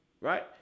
right